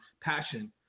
passion